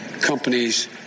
companies